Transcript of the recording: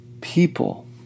People